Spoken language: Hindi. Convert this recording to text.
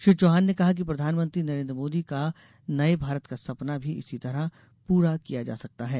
श्री चौहान ने कहा कि प्रधानमंत्री नरेन्द्र मोदी का नये भारत का सपना भी इसी तरह पूरा किया जा सकता है